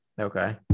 Okay